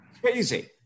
crazy